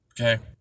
Okay